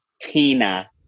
Tina